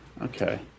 okay